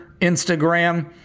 Instagram